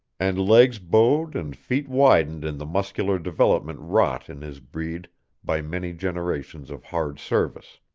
and legs bowed and feet widened in the muscular development wrought in his breed by many generations of hard service.